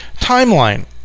timeline